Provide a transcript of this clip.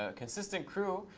ah consistent crew.